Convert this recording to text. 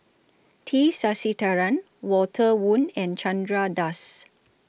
T Sasitharan Walter Woon and Chandra Das